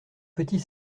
petit